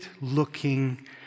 looking